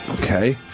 Okay